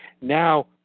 Now